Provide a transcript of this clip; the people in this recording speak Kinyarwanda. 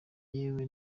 yewe